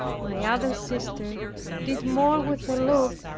my other sister did more with a look,